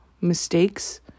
mistakes